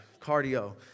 cardio